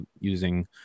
using